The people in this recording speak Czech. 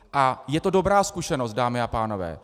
A je to dobrá zkušenost, dámy a pánové.